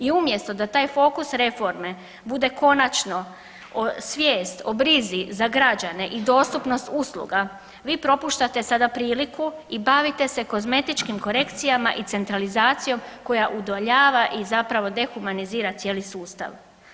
I umjesto da taj fokus reforme bude konačno svijest o brizi za građane i dostupnost usluga vi propuštate sada priliku i bavite se kozmetičkim korekcijama i centralizacijom koja udovoljava i zapravo dehumanizira cijeli sustav.